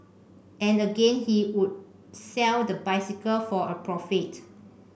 and again he would sell the bicycle for a profit